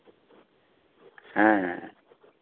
ᱦᱮᱸ ᱦᱮᱸ